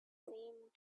seemed